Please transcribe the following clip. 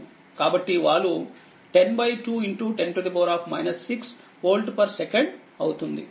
కాబట్టివాలు10210 6వోల్ట్సెకండ్ అవుతుంది